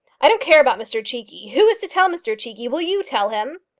i don't care about mr cheekey. who is to tell mr cheekey? will you tell him?